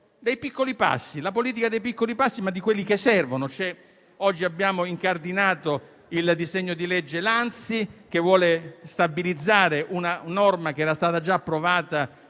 tematiche. È la politica dei piccoli passi, di quelli che servono. Oggi abbiamo incardinato il disegno di legge Lanzi, che vuole stabilizzare una norma che era stata già approvata